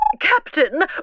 Captain